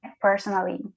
personally